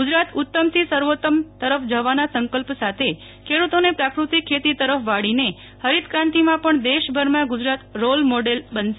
ગુજરાત ઉતમે થી સર્વોતમ તરફ જવાના સ્કલ્પ સાથે પેડ્રતોને પાકૃતિક ખેતી તરફ વાળીને હરિતક્રાંતિમાં પણ દેશભરમાં રોલ મોડેલ બનશે